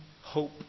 hope